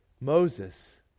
Moses